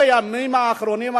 בימים האחרונים,